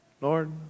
Lord